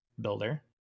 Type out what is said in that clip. builder